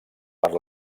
per